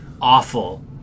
awful